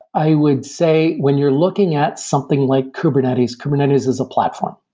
i would say when you're looking at something like kubernetes, kubernetes is a platform.